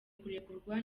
kurekurwa